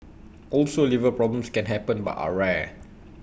also liver problems can happen but are rare